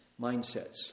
mindsets